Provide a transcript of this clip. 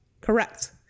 Correct